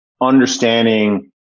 understanding